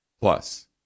Plus